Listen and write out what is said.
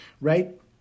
right